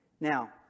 Now